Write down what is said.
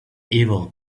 evil